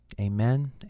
Amen